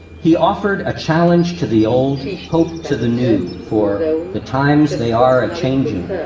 he offered a challenge to the old, hope to the new, for the times they are a changin'.